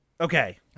Okay